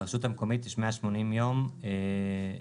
לרשות המקומית יש 180 יום להשיב.